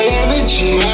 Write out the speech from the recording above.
energy